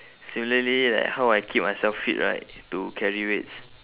similarly like how I keep myself fit right to carry weights